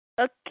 Okay